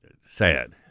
sad